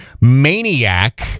Maniac